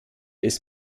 ist